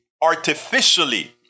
artificially